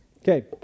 Okay